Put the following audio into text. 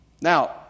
now